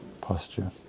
posture